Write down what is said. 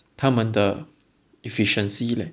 他们的 efficiency leh